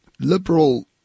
liberal